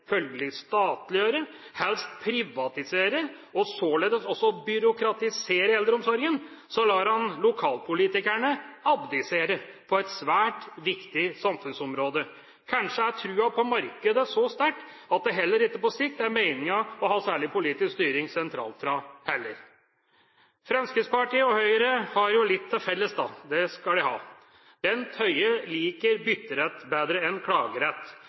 følgelig statliggjøre, helst privatisere og således også byråkratisere eldreomsorgen, lar han lokalpolitikerne abdisere på et svært viktig samfunnsområde. Kanskje er troen på markedet så sterkt at det heller ikke på sikt er meningen å ha særlig politisk styring sentralt. Fremskrittspartiet og Høyre har litt til felles – det skal de ha. Bent Høie liker bytterett bedre enn